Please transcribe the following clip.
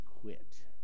quit